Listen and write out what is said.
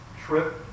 trip